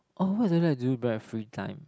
oh what is something that I do in my free time